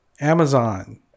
Amazon